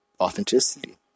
authenticity